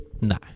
No